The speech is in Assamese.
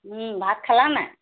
ভাত খালা নাই